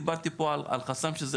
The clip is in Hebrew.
דיברתי פה על חסם שזה